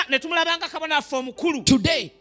today